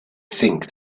think